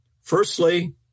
Firstly